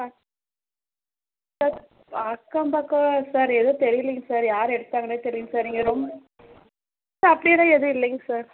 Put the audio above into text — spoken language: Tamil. ஆ சார் அக்கம் பக்கம் சார் எதுவும் தெரியலிங்க சார் யார் எடுத்தாங்கனே தெரியலிங்க சார் நீங்கள் ரொம் சார் அப்படியெல்லாம் எதுவும் இல்லைங்க சார்